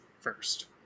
first